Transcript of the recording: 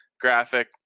graphic